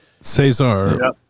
Cesar